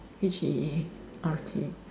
H E A R T